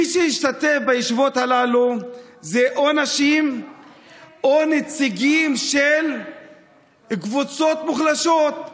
מי שהשתתף בישיבות הללו זה או נשים או נציגים של קבוצות מוחלשות,